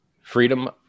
freedom